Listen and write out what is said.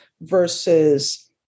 versus